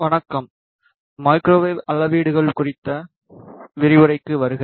வணக்கம் மைக்ரோவேவ் அளவீடுகள் குறித்த விரிவுரைக்கு வருக